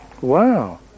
Wow